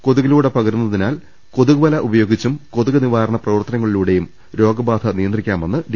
കൊതുകിലൂടെ പകരുന്നതിനാൽ കൊതുക്വല ഉപയോഗിച്ചും കൊതുക് നിവാരണ പ്രവർത്തനങ്ങളിലൂടെയും രോഗബാധ തടയാമെന്ന് ഡി